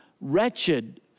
wretched